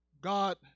God